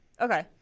okay